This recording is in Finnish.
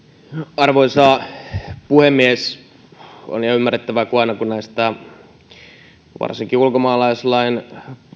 arvoisa puhemies on ihan ymmärrettävää että aina kun varsinkin näistä ulkomaalaislain